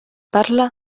parla